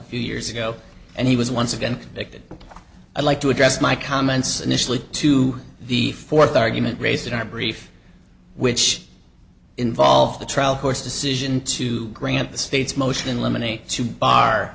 few years ago and he was once again that i'd like to address my comments initially to the fourth argument raised in our brief which involved the trial court's decision to grant the state's motion in limine e to bar